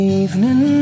evening